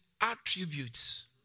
attributes